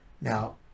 now